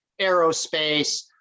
aerospace